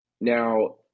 Now